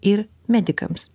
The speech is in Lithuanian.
ir medikams